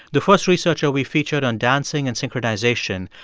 the first researcher we featured on dancing and synchronization,